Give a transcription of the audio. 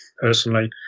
personally